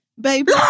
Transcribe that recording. Baby